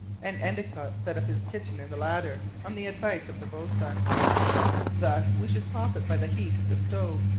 and endicott set up his kitchen in the latter, on the advice of the boatswain. thus we should profit by the heat of the stove,